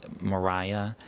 Mariah